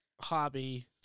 hobby